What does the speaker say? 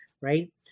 right